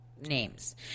names